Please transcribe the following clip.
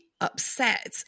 upset